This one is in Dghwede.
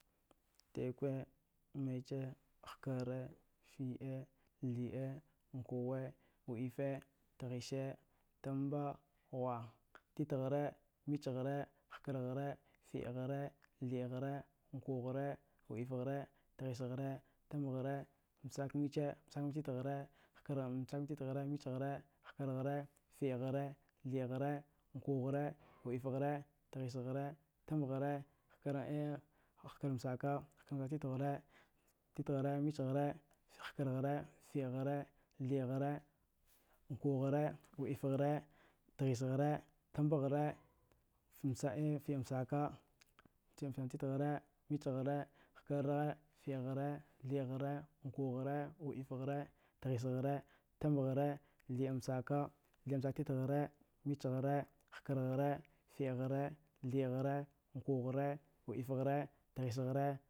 Tetwe, mithe. ghkare, fiɗa, thiɗe, nkuwa, wɗife, tghise, tamba, ghuwag. titghara, michghara, hkarghara, fiɗgha, thiɗghara, nkughara, wɗifghara, tghisghara, tambaghra, msakmich. msakmich titkwghara msakmichtitkwaghara, michghara, hkarghara, fiɗghara, thiɗghara, nkughara, wɗifghara, tghisghara, tambaghara, hkarmmsaka. hkarmmsak titghara, michghara, hkarghara. fiɗghara, thiɗghara nkugha, wɗifghara, tghisghara, tambaghara, fiɗammsaka. fiɗammsaktitghara, michghara hkarghara, fiɗghara, thiɗaghara, nkughara, wɗifghara, tghisghara, tambaghra, thiɗamsaka. thiɗamsaktitghara, michghra, hkarghara, fiɗghra, thiɗghara, nkughara. wɗifghara, tghisghara.